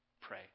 pray